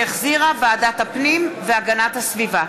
שהחזירה ועדת הפנים והגנת הסביבה.